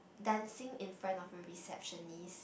dancing in front of a receptionist